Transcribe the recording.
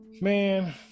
man